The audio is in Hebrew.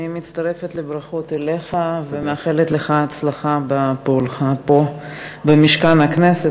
אני מצטרפת לברכות ומאחלת לך הצלחה בפועלך כאן במשכן הכנסת,